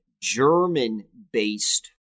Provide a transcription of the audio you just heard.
German-based